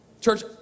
Church